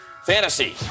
Fantasy